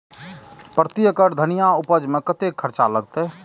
प्रति एकड़ धनिया के उपज में कतेक खर्चा लगते?